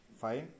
fine